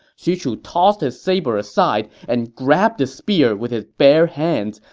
xu chu tossed his saber aside and grabbed the spear with his bare hands,